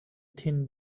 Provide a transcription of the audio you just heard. thin